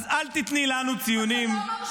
אל תיתני לנו ציונים.